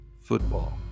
football